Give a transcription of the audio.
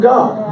God